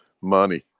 money